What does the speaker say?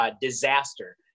disaster